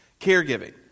Caregiving